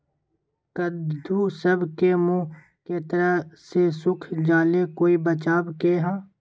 कददु सब के मुँह के तरह से सुख जाले कोई बचाव है का?